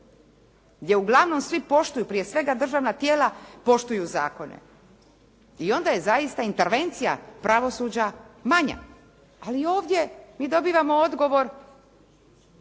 gdje uglavnom svi poštuju, prije svega državna tijela poštuju zakone. I onda je zaista intervencija pravosuđa manja. Ali ovdje mi dobivamo odgovor